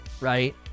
right